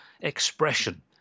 expression